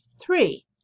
Three